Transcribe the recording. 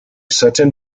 sutton